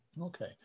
okay